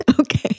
Okay